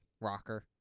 rocker